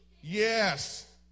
Yes